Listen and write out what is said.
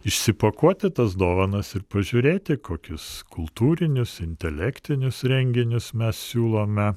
išsipakuoti tas dovanas ir pažiūrėti kokius kultūrinius intelektinius renginius mes siūlome